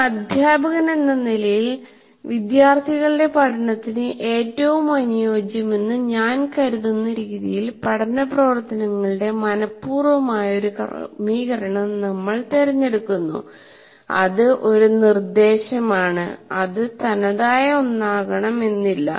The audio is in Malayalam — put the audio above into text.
ഒരു അദ്ധ്യാപകനെന്ന നിലയിൽ വിദ്യാർത്ഥികളുടെ പഠനത്തിന് ഏറ്റവും അനുയോജ്യമെന്ന് ഞാൻ കരുതുന്ന രീതിയിൽ പഠന പ്രവർത്തനങ്ങളുടെ മനപൂർവമായ ഒരു ക്രമീകരണം നമ്മൾ തിരഞ്ഞെടുക്കുന്നു അത് ഒരു നിർദേശം ആണ്അത് തനതായ ഒന്നാകണം എന്നില്ല